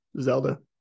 zelda